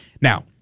Now